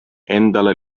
endale